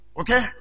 okay